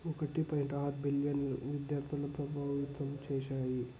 ఒకటి పైగా బిలియన్ విద్యాసంస్థలను ప్రభావితం చేసాయి